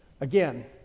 again